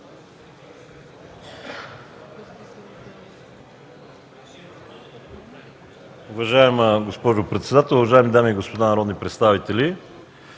Уважаема госпожо председател, уважаеми дами и господа народни представители!